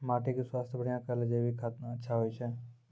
माटी के स्वास्थ्य बढ़िया करै ले जैविक खाद अच्छा होय छै?